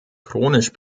chronisch